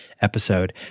episode